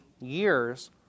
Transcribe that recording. years